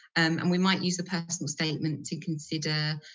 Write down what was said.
um and we might use the personal statement to consider